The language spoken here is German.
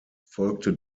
folgte